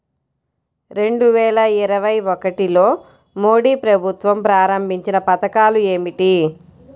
రెండు వేల ఇరవై ఒకటిలో మోడీ ప్రభుత్వం ప్రారంభించిన పథకాలు ఏమిటీ?